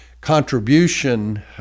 contribution